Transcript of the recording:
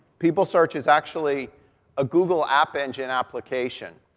people search is actually a google app engine application.